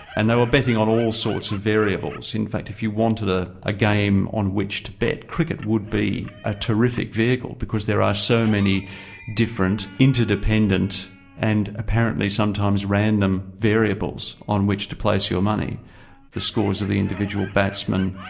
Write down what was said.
and they were betting on all sorts of variables. in fact if you wanted a ah game on which to bet, cricket would be a terrific vehicle, because there are so many different, interdependent and apparently sometimes random variables on which to place your money the scores of the individual batsmen,